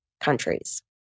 countries